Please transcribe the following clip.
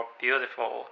beautiful